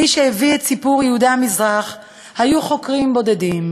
מי שהביאו את סיפור יהודי המזרח היו חוקרים בודדים,